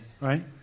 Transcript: Right